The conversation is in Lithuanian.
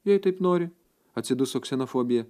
jei taip nori atsiduso ksenofobija